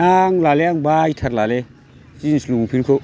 नांलालै आं बायथारलालै जिन्स लंफेन्टखौ